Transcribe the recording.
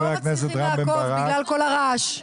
אנחנו לא מצליחים לעקוב בגלל כל הרעש.